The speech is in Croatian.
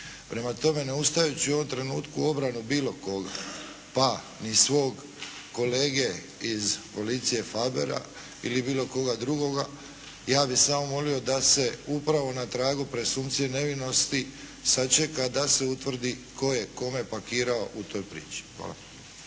Prema tome ne stajući u ovom trenutku obrane bilo koga pa ni svog kolege iz policije Fabera ili bilo koga drugoga, ja bih samo molio da se upravo na tragu presunkcije nevinosti sačeka da se utvrdi tko je kome pakirao u toj priči.